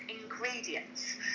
ingredients